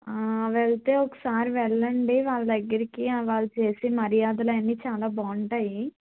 వెళ్తే ఒకసారి వెళ్ళండి వాళ్ళ దగ్గరికి వాళ్ళు చేసే మర్యాదలన్నీ చాలా బాగుంటాయి